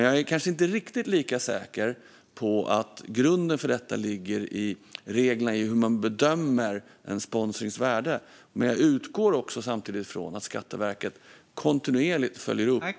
Jag är kanske inte lika säker på att grunden för detta ligger i reglerna om hur man bedömer en sponsrings värde, men jag utgår samtidigt ifrån att Skatteverket följer upp detta kontinuerligt.